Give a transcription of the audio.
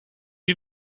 you